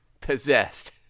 possessed